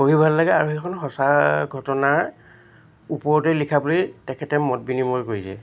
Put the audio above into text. পঢ়ি ভাল লাগে আৰু সেইখন সঁচা ঘটনাৰ ওপৰতেই লিখা বুলি তেখেতে মত বিনিময় কৰিছে